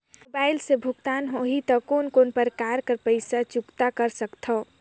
Mobile से भुगतान होहि त कोन कोन प्रकार कर पईसा चुकता कर सकथव?